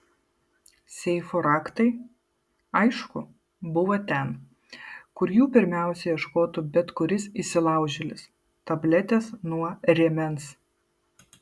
seifo raktai aišku buvo ten kur jų pirmiausia ieškotų bet kuris įsilaužėlis tabletės nuo rėmens